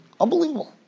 Unbelievable